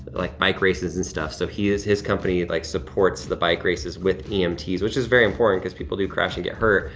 like bike races and stuff. so, he is, his company like supports the bike races with emts which is very important cause people do crash and get hurt.